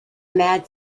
mad